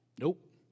Nope